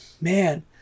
man